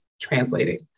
Translating